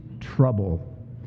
trouble